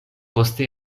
poste